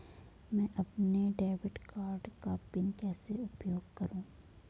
मैं अपने debit card का पिन कैसे उपयोग करूँ?